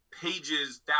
pages